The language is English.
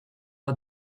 are